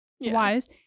wise